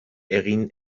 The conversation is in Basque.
egin